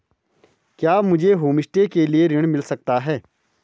क्या मुझे होमस्टे के लिए ऋण मिल सकता है?